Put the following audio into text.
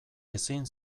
ezin